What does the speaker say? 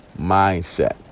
mindset